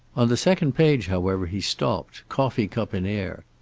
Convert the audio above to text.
on the second page, however, he stopped, coffee cup in air.